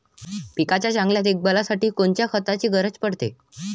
पिकाच्या चांगल्या देखभालीसाठी कोनकोनच्या खताची गरज पडते?